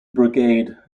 brigade